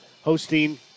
hosting